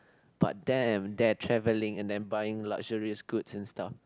but them their travelling and then buying luxurious goods and stuff